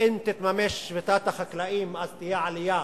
ואם תתממש שביתת החקלאים אז תהיה עלייה